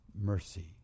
Mercy